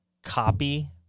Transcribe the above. copy